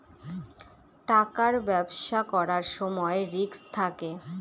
টাকার ব্যবসা করার সময় রিস্ক থাকে